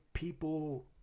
People